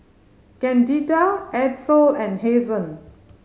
Candida Edsel and Hazen